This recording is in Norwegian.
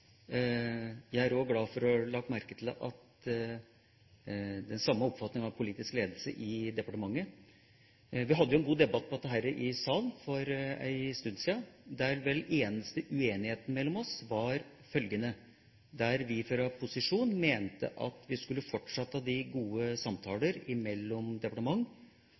glad for – og har lagt merke til – at den samme oppfatninga har den politiske ledelsen i departementet. Vi hadde en god debatt om dette i salen for en stund sia, der eneste uenighet mellom oss var følgende: Der vi fra posisjonen mente at vi skulle fortsette de gode samtalene mellom departement